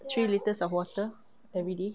three litres of water everyday